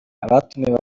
abatumiwe